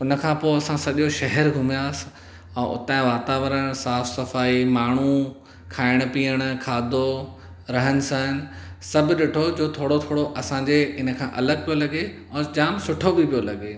हुनखां पोइ असां सॼो शहर घुमियासीं ऐं उतां जो वातावरण साफ़ु सफाई माण्हूं खाइण पीअण खाधो रहन सहन सभु ॾिठो जो थोरो थोरो असांजे इनखां अलॻि पियो लॻे ऐं जाम सुठो बि पियो लॻे